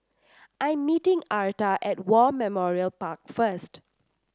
I am meeting Arta at War Memorial Park first